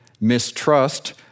mistrust